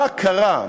מה קרה,